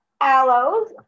Aloes